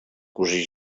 cosí